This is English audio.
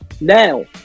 now